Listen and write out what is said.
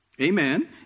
Amen